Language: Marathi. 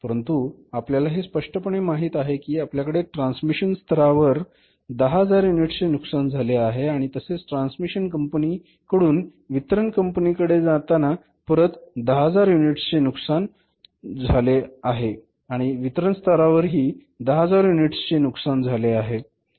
परंतु आपल्याला हे स्पष्टपणे माहित आहे की आपल्याकडे ट्रान्समिशन स्तरावर 10000 युनिट्सचे नुकसान झाले आहे आणि तसेच ट्रान्समिशन कंपनी कडून वितरण कंपनीकडे जाताना परत 10000 युनिट्सचे नुकसान झाले आहे आणि वितरण स्तरावरही 10000 युनिट्सचे नुकसान झाले आहे